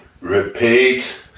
Repeat